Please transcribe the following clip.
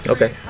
Okay